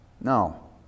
No